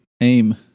aim